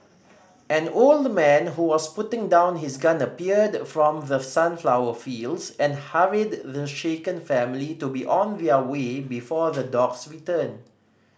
an old man who was putting down his gun appeared from the sunflower fields and hurried the shaken family to be on their way before the dogs return